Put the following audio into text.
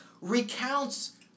recounts